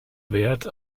wert